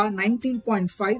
19.5